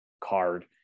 card